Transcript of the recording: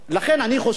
לכן אני חושב,